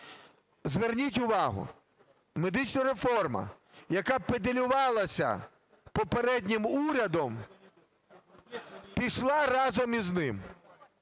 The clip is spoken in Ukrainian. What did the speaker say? Зверніть увагу, медична реформа, яка педалювалася попереднім урядом, пішла разом із ним.